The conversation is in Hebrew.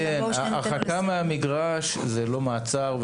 הרחקה מהמגרש זה לא מעצר,